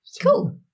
cool